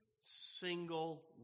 single